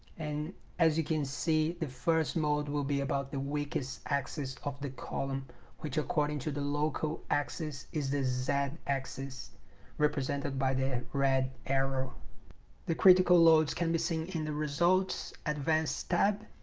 and as you can see the first mode will be about the weakest axis of the column which according to the local axis is the z axis represented by the red arrow the critical loads can be seen in the results advanced tab